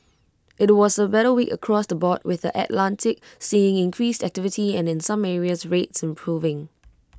IT was A better week across the board with the Atlantic seeing increased activity and in some areas rates improving